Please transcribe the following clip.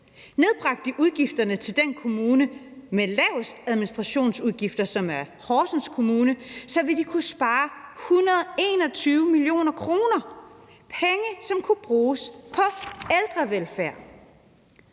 Nedbragte de udgifterne til niveauet i den kommune med de laveste administrationsudgifter, som er Horsens Kommune, så ville de kunne spare 121 mio. kr. Det er penge, som kunne bruges på ældrevelfærd.